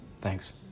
Thanks